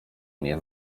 mnie